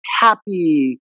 happy